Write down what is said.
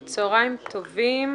צהרים טובים.